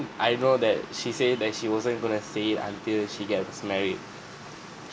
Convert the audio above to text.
I know that she say that she wasn't going to say it until she gets married